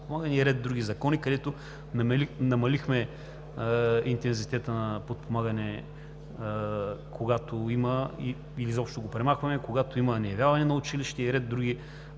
в ред други закони, където намалихме интензитета на подпомагане или изобщо го премахваме, когато има неявяване на училище и ред други